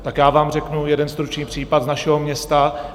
Tak já vám řeknu jeden stručný případ z našeho města.